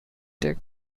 take